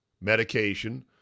medication